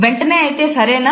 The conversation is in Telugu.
వెంటనే అయితే సరేనా